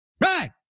Right